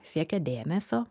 siekia dėmesio